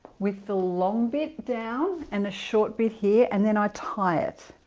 with the long bit down and a short bit here and then i tie it